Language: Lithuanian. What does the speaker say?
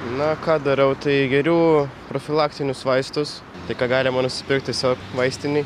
na ką darau tai geriu profilaktinius vaistus tai ką galima nusipirkt tiesio vaistinėj